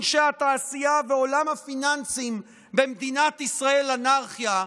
אנשי התעשייה ועולם הפיננסיים במדינת ישראל "אנרכיה"